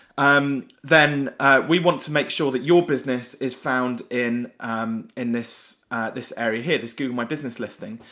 um then we want to make sure that your business is found in um in this this area here, this google my business listing.